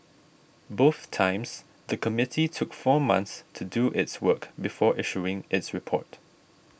both times the committee took four months to do its work before issuing its report